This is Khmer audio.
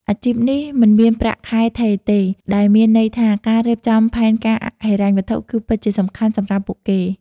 អាជីពនេះមិនមានប្រាក់ខែថេរទេ ដែលមានន័យថាការរៀបចំផែនការហិរញ្ញវត្ថុគឺពិតជាសំខាន់សម្រាប់ពួកគេ។